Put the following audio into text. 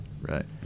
right